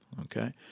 Okay